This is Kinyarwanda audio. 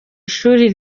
ishuri